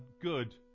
good